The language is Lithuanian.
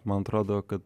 man atrodo kad